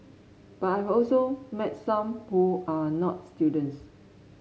but I've also met some who are not students